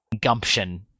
gumption